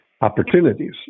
opportunities